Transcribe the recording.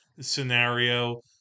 scenario